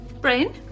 Brain